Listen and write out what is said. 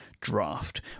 draft